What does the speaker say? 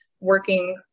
working